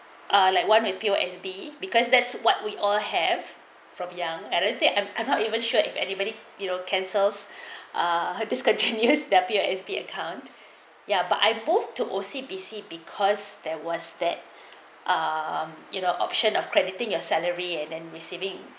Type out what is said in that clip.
ah like what me P_O_S_B because that's what we all have from young I don't think I'm not even sure if anybody know cancels a discontinued their P_O_S_B account ya but I both to O_C_B_C because there was that um you know option of crediting your salary and then receiving